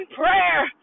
prayer